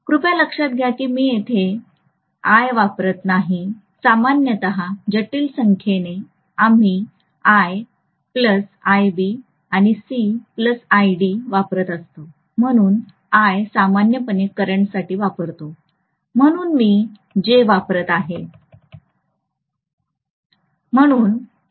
कृपया लक्षात घ्या मी येथे मी वापरत नाही सामान्यत जटिल संख्येने आम्ही आय आयबी आणि सी आयडी वापरत असतो परंतु i सामान्यपणे करंटसाठी वापरतो म्हणून मी j वापरत आहे